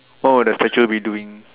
what will the statue be doing